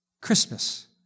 Christmas